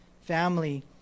family